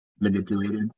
manipulated